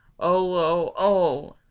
oh!